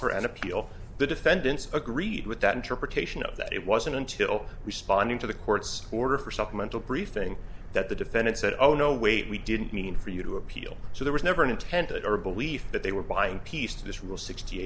offer and appeal the defendants agreed with that interpretation of that it wasn't until responding to the court's order for supplemental briefing that the defendant said oh no wait we didn't mean for you to appeal so there was never an intended or a belief that they were buying peace to this rule sixty